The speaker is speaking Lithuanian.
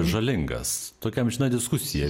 žalingas tokia amžina diskusija